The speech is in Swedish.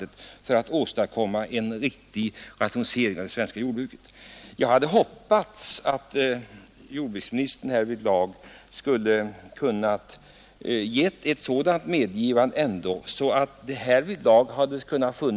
Det går inte att åstadkomma en riktig rationalisering av det svenska jordbruket om för jordbrukare och mindre skogsägare att göra kompletteringsköp av skogsmark detta förhållande fortsätter.